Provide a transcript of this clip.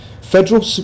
federal